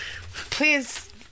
Please